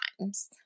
times